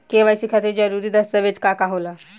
KYC खातिर जरूरी दस्तावेज का का होला?